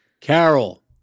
carol